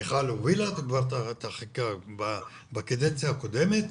מיכל הובילה כבר את החקיקה בקדנציה הקודמת,